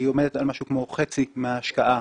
עומדת על משהו כמו חצי מההשקעה.